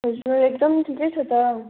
हजुर एकदम ठिकै छु त